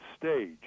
stage